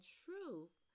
truth